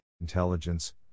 intelligence